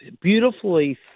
beautifully